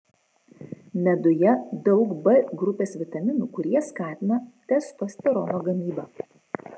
meduje daug b grupės vitaminų kurie skatina testosterono gamybą